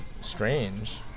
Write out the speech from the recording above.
strange